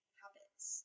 habits